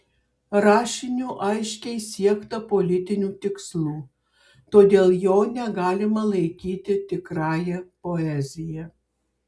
rašiniu aiškiai siekta politinių tikslų todėl jo negalima laikyti tikrąja poezija